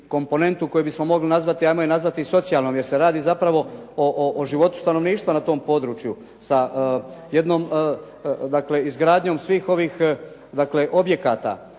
komponentu koju bismo mogli nazvati, ajmo je nazvati socijalnom jer se radi zapravo o životu stanovništva na tom području sa jednom dakle, izgradnjom svih ovih, dakle,